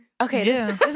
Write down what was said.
Okay